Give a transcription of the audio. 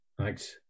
Thanks